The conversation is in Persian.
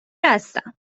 هستم